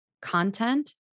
content